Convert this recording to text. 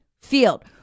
field